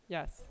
Yes